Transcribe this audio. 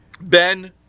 Ben